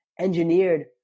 engineered